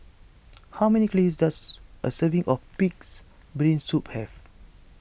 how many calories does a serving of Pig's Brain Soup have